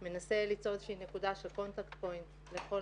שמנסה ליצור איזה נקודה של contact point לכל